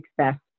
success